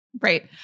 Right